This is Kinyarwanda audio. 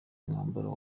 mwambaro